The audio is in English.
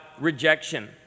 rejection